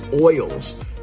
oils